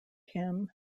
him